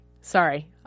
Sorry